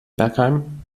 bergheim